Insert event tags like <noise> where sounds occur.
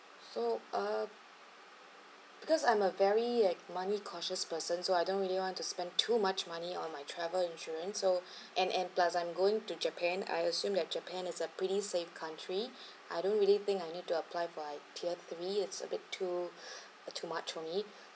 so uh because I'm a very at money cautious person so I don't really want to spend too much money on my travel insurance so <breath> and and plus I'm going to japan I assume that japan is a pretty safe country <breath> I don't really think I need to apply for like tier three it's a bit too <breath> a too much for me